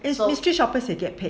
is mystery shopper they get paid